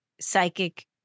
psychic